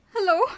Hello